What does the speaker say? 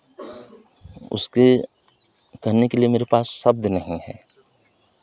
उसके कहने के लिए मेरे पास शब्द नहीं हैं